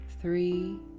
three